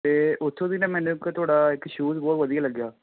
ਅਤੇ ਉੱਥੋਂ ਦੀ ਨਾ ਮੈਨੂੰ ਇੱਕ ਤੁਹਾਡਾ ਇੱਕ ਸ਼ੂਜ਼ ਬਹੁਤ ਵਧੀਆ ਲੱਗਿਆ